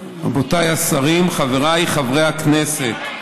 רבותיי השרים, חבריי חברי הכנסת,